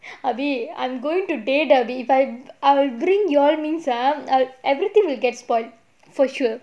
erby I'm going to date erby if I I bring you all means ah everything will get spoilt for sure